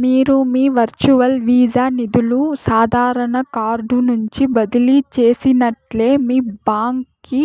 మీరు మీ virtual Visa నిదులు సాదారన కార్డు నుంచి బదిలీ చేసినట్లే మీ బాంక్ కి